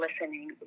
listening